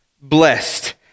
blessed